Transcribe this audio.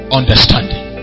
understanding